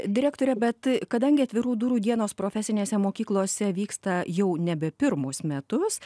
direktore bet kadangi atvirų durų dienos profesinėse mokyklose vyksta jau nebe pirmus metus